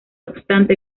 obstante